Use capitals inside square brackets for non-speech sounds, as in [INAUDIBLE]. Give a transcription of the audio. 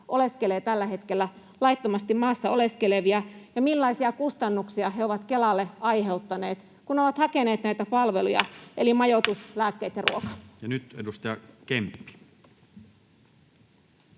oleskelee tällä hetkellä laittomasti maassa oleskelevia ja millaisia kustannuksia he ovat Kelalle aiheuttaneet, kun ovat hakeneet näitä palveluja, [NOISE] eli majoitus, lääkkeet ja ruoka? Ja nyt edustaja Kemppi.